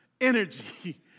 Energy